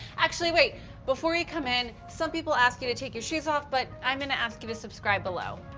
actually wait before you come in, some people ask you to take your shoes off, but i'm going to ask you to subscribe below.